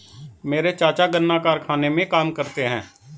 मेरे चाचा गन्ना कारखाने में काम करते हैं